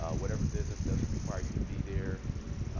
ah whatever business doesn't require you to be there,